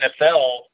NFL